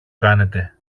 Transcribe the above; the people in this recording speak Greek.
κάνετε